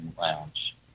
Lounge